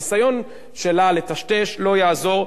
הניסיון שלה לטשטש לא יעזור.